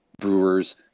Brewers